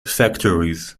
factories